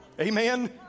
Amen